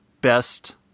best